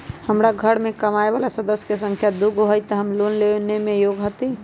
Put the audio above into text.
हमार घर मैं कमाए वाला सदस्य की संख्या दुगो हाई त हम लोन लेने में योग्य हती?